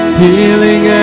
healing